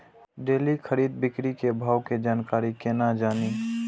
Daily खरीद बिक्री के भाव के जानकारी केना जानी?